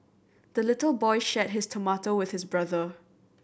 the little boy shared his tomato with his brother